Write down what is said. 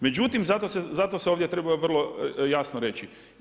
Međutim, zato se ovdje treba vrlo jasno reći.